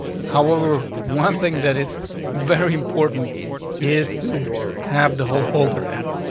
however, one thing that is very important is to have the whole folder there.